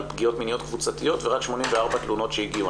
פגיעות מיניות קבוצתיות ורק 84 תלונות שהגיעו.